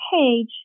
page